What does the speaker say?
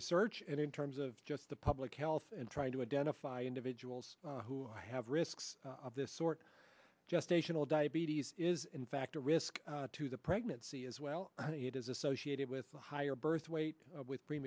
research and in terms of just the public health and trying to identify individuals who have risks of this sort gestational diabetes is in fact a risk to the pregnancy as well it is associated with the higher birth weight with